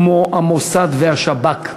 כמו המוסד והשב"כ.